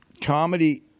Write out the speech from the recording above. Comedy